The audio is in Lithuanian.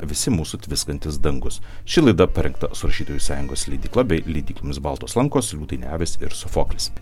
visi mūsų tviskantys dangūs ši laida parengta su rašytojų sąjungos leidykla bei leidyklomis baltos lankos liūtai ne avys ir sofoklis